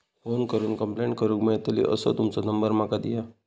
Phone करून complaint करूक मेलतली असो तुमचो नंबर माका दिया?